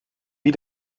wie